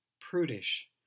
prudish